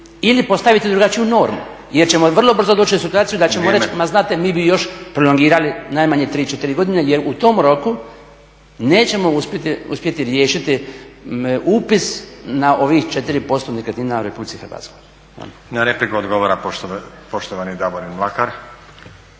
ili postaviti drugačiju normu. Jer ćemo vrlo brzo doći u situaciju da ćemo reći ma znate mi bi još prolongirali najmanje 3, 4 godine. …/Upadica Stazić: Vrijeme./… Jer u tom roku nećemo uspjeti riješiti upis na ovih 4% nekretnina u RH. Hvala. **Stazić, Nenad (SDP)** Na repliku odgovara poštovani Davorin Mlakar.